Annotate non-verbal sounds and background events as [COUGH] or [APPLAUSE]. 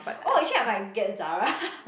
oh actually I might get Zara [LAUGHS]